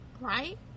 right